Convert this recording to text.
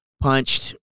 punched